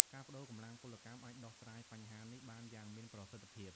ការប្តូរកម្លាំងពលកម្មអាចដោះស្រាយបញ្ហានេះបានយ៉ាងមានប្រសិទ្ធភាព។